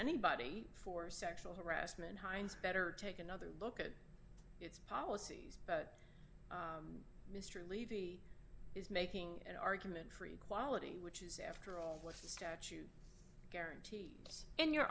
anybody for sexual harassment hynes better take another look at its policies but mr levy is making an argument for a quality which is after all what the statute guaranteed in your